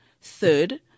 third